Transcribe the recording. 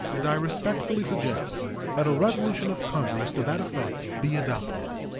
and i respectfully suggest that a resolution of congress to that effect be adopted.